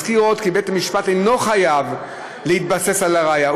אזכיר עוד כי בית-המשפט אינו חייב להתבסס על הראיה,